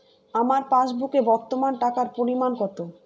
আমার পাসবুকে বর্তমান টাকার পরিমাণ কত?